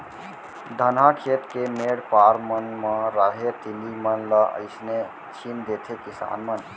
धनहा खेत के मेढ़ पार मन म राहेर, तिली मन ल अइसने छीन देथे किसान मन